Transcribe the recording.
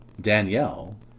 Danielle